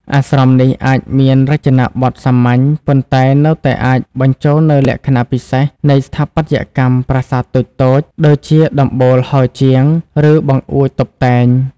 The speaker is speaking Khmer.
អាស្រមនេះអាចមានរចនាបថសាមញ្ញ ប៉ុន្តែនៅតែអាចបញ្ចូលនូវលក្ខណៈពិសេសនៃស្ថាបត្យកម្មប្រាសាទតូចៗ ដូចជាដំបូលហោជាង ឬបង្អួចតុបតែង។